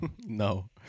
No